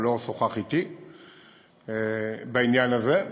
הוא לא שוחח אתי בעניין הזה,